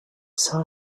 saw